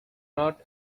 not